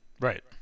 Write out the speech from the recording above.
Right